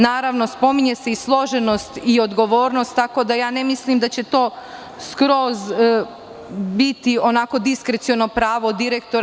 Naravno, pominje se i složenost i odgovornost, tako da ne mislim da će to skroz biti diskreciono pravo direktora.